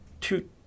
two